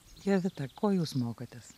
jovita ko jūs mokotės